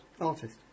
Artist